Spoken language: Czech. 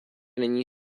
není